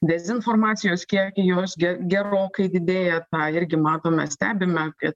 dezinformacijos kiek jos gerokai didėja tą irgi matome stebime apie